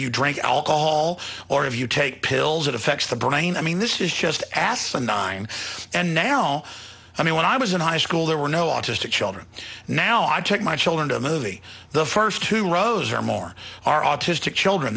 you drink alcohol or if you take pills it affects the brain i mean this is just asinine and now i mean when i was in high school there were no autistic children now i take my children to a movie the first two rows or more are autistic children